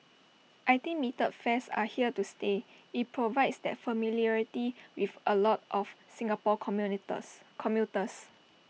I think metered fares are here to stay IT provides that familiarity with A lot of Singapore communities commuters